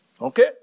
Okay